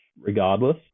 regardless